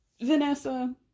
Vanessa